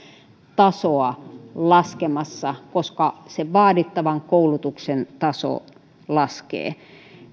tasoa laskemassa koska sen vaadittavan koulutuksen taso laskee